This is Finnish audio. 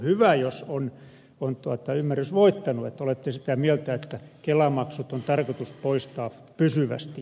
hyvä jos on ymmärrys voittanut että olette sitä mieltä että kelamaksut on tarkoitus poistaa pysyvästi